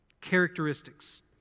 characteristics